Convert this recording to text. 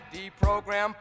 Deprogram